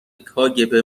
کاگب